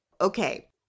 Okay